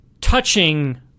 touching